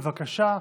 בבקשה,